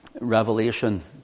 Revelation